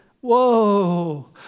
whoa